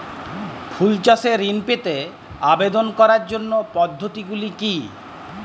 ফুল চাষে ঋণ পেতে আবেদন করার পদ্ধতিগুলি কী?